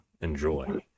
enjoy